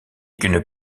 qu’une